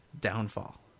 downfall